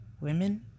Women